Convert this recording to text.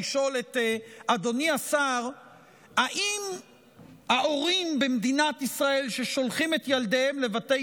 לשאול את אדוני השר: האם ההורים במדינת ישראל ששולחים את ילדיהם לבתי